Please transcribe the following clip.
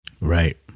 Right